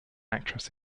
actress